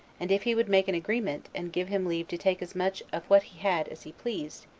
and if he would make an agreement, and give him leave to take as much of what he had as he pleased,